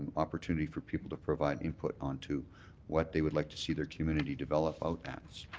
opportunity for people to provide input onto what they would like to see their community develop out as.